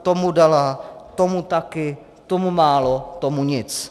Tomu dala, tomu taky, tomu málo, tomu nic.